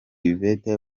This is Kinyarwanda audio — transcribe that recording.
yvette